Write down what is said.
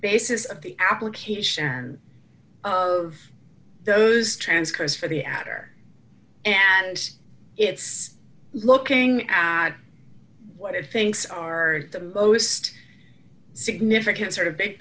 basis of the application of those transcripts for the atter and it's looking at what it thinks are the most significant sort of big